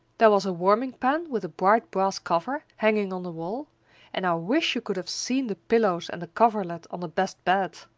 there was a warming-pan with a bright brass cover, hanging on the wall and i wish you could have seen the pillows and the coverlet on the best bed!